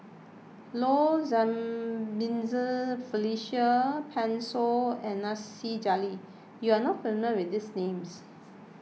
Low Jimenez Felicia Pan Shou and Nasir Jalil you are not familiar with these names